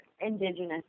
indigenous